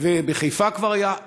בחיפה כבר היה,